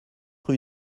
rue